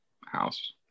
House